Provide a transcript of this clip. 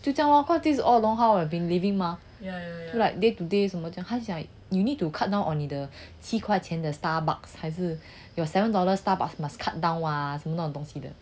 就这样 lor cause this is all along how i've have been living mah like day to day 什么这样他就 like you need to cut down on 你的七块钱的 Starbucks 还是 your seven dollars Starbucks must cut down !wah! 什么那种东西的